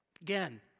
Again